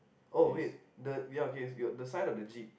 oh wait the ya okay your the side of the jeep